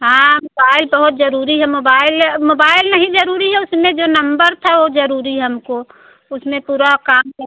हाँ मोबाइल बहुत ज़रूरी है मोबाइल मोबाइल नहीं ज़रूरी है उसमें जो नम्बर था वह ज़रूरी है हमको उसमें पूरा काम का